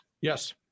Yes